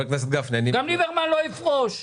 גם ליברמן לא יפרוש.